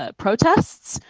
ah protests,